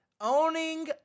owning